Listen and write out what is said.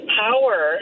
power